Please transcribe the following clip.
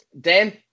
Dan